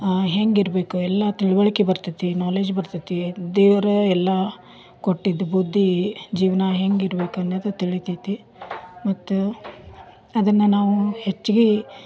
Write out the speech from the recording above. ಹೆಂಗೆ ಇರಬೇಕು ಎಲ್ಲ ತಿಳಿವಳ್ಕೆ ಬರ್ತೈತಿ ನಾಲೆಜ್ ಬರ್ತೈತಿ ದೇವ್ರು ಎಲ್ಲ ಕೊಟ್ಟಿದ್ದ ಬುದ್ಧಿ ಜೀವನ ಹೇಗಿರ್ಬೇಕನ್ನದು ತಿಳಿತೈತಿ ಮತ್ತು ಅದನ್ನು ನಾವು ಹೆಚ್ಗೆ